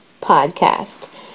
podcast